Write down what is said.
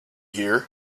here